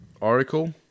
Oracle